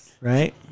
right